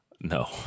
no